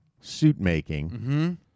suit-making